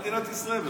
את מדינת ישראל,